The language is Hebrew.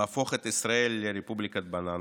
להפוך את ישראל לרפובליקת בננות.